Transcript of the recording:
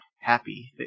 happy